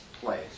place